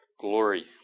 glory